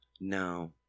No